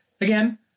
again